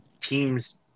teams